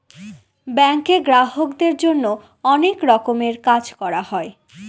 ব্যাঙ্কে গ্রাহকদের জন্য অনেক রকমের কাজ করা হয়